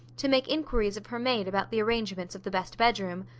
to make inquiries of her maid about the arrangements of the best bedroom.